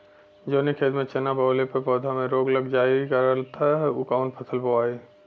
जवने खेत में चना बोअले पर पौधा में रोग लग जाईल करत ह त कवन फसल बोआई?